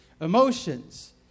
emotions